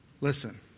Listen